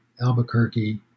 Albuquerque